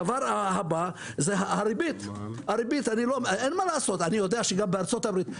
הריבית, אני יודע שגם בארצות הברית.